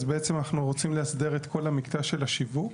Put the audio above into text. אז בעצם אנחנו לאסדר את כל המקטע של השיווק,